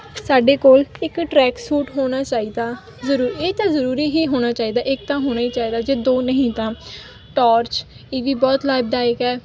ਸਾਡੇ ਕੋਲ ਇੱਕ ਟਰੈਕਸੂਟ ਹੋਣਾ ਚਾਹੀਦਾ ਜ਼ਰੂਰੀ ਇਹ ਤਾਂ ਜ਼ਰੂਰੀ ਹੀ ਹੋਣਾ ਚਾਹੀਦਾ ਇੱਕ ਤਾਂ ਹੋਣਾ ਹੀ ਚਾਹੀਦਾ ਜੇ ਦੋ ਨਹੀਂ ਤਾਂ ਟੋਰਚ ਇਹ ਵੀ ਬਹੁਤ ਲਾਭਦਾਇਕ ਹੈ